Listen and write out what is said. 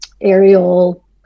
aerial